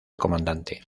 comandante